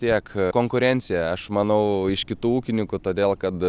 tiek konkurencija aš manau iš kitų ūkininkų todėl kad